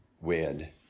wed